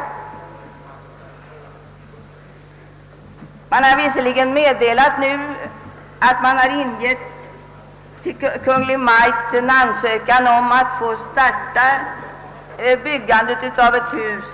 Byggnadsstyrelsen har visserligen meddelat, att man nu till Kungl. Maj:t ingett en ansökan om att få starta byggande av ett hus